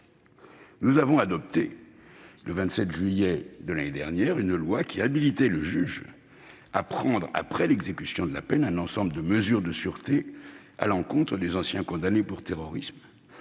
nous avons adopté une loi habilitant le juge à prendre, après l'exécution de la peine, un ensemble de mesures de sûreté à l'encontre des anciens condamnés pour terrorisme,